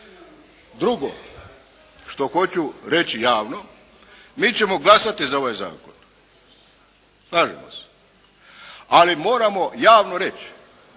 Drugo što hoću reći javno mi ćemo glasati za ovaj zakon, slažemo se, ali moramo javno reći